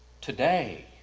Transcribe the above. Today